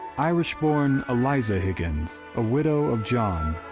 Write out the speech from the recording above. irish-born eliza higgins, a widow of john,